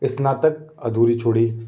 स्नातक अधूरी छोड़ि